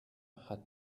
hat